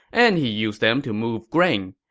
and he used them to move grain.